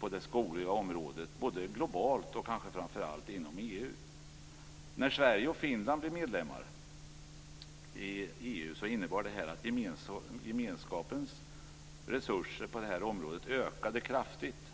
på det skogliga området både globalt och inom innebar det att gemenskapens resurser på området ökade kraftigt.